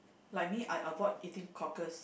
like me I avoid eating cockles